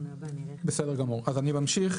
בסדר גמור, אז אני ממשיך